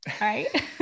Right